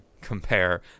compare